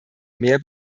mehr